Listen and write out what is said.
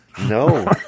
No